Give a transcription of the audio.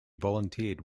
volunteered